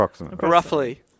Roughly